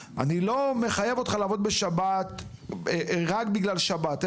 אני לא מחייב אותך לעבוד בשבת רק בגלל שבת,